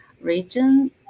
region